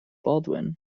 baldwin